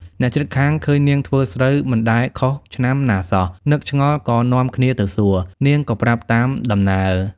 អ្នកជិតខាង ឃើញនាងធ្វើស្រូវមិនដែលខុសឆ្នាំណាសោះ នឹកឆ្ងល់ ក៏នាំគ្នាទៅសួរ នាងក៏ប្រាប់តាមដំណើរ។